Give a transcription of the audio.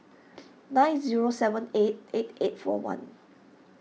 nine zero seven eight eight eight four one